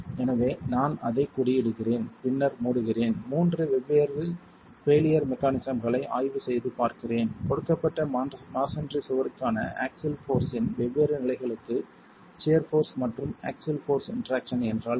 எனவே நான் அதைக் கொடியிடுகிறேன் பின்னர் மூடுகிறேன் மூன்று வெவ்வேறு பெய்லியர் மெக்கானிஸம்களை ஆய்வு செய்து பார்க்கிறேன் கொடுக்கப்பட்ட மஸோன்றி சுவருக்கான ஆக்ஸில் போர்ஸ் இன் வெவ்வேறு நிலைகளுக்கு சியர் போர்ஸ் மற்றும் ஆக்ஸில் போர்ஸ் இன்டெராக்சன் என்றால் என்ன